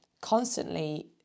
constantly